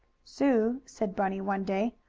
sue, said bunny one day,